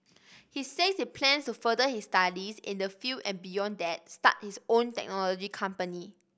he says he plans to further his studies in this field and beyond that start his own technology company